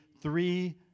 three